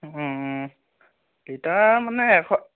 litre মানে এশ